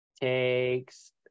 Takes